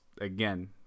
again